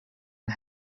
and